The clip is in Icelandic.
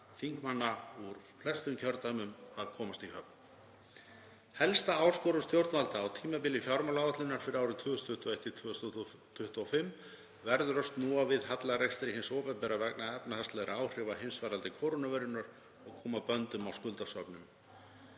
þingmanna úr flestum kjördæmum að komast í höfn. Helsta áskorun stjórnvalda á tímabili fjármálaáætlunar fyrir árin 2021–2025 verður að snúa við hallarekstri hins opinbera vegna efnahagslegra áhrifa heimsfaraldurs kórónuveiru og koma böndum á skuldasöfnun.